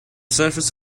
surface